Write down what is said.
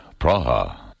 Praha